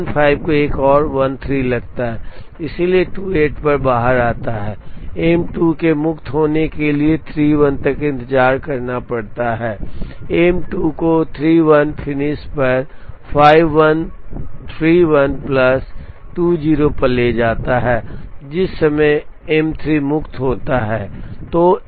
इस 15 को एक और 13 लगता है इसलिए 28 पर बाहर आता है एम 2 के मुक्त होने के लिए 31 तक इंतजार करना पड़ता है एम 2 को 31 फिनिश पर 5131 प्लस 20 पर ले जाता है जिस समय एम 3 मुक्त होता है